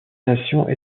nations